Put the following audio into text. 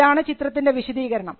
ഇതാണ് ചിത്രത്തിൻറെ വിശദീകരണം